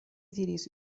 diris